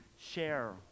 share